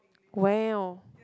well